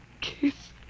kiss